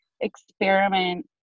experiment